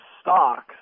stocks